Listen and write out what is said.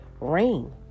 rain